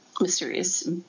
mysterious